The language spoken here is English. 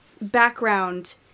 background